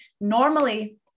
Normally